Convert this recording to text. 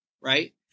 Right